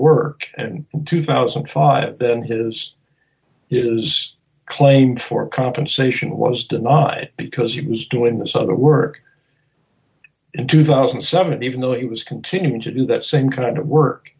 work and two thousand and five then his his claim for compensation was denied because he was doing some other work in two thousand somebody even though it was continuing to do that same kind of work